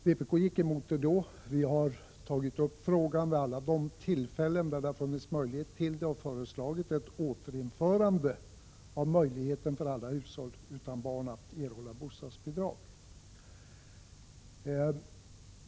Vpk gick emot det beslutet, och vi har tagit upp frågan vid många tillfällen och föreslagit ett återinförande av möjligheten för alla hushåll utan barn att erhålla bostadsbidrag.